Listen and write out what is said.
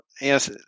yes